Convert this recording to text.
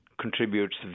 contributes